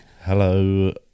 Hello